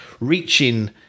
reaching